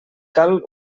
cal